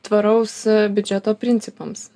tvaraus biudžeto principams